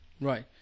Right